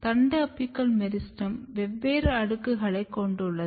தண்டு apical meristem வெவ்வேறு அடுக்குகளைக் கொண்டுள்ளது